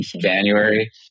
January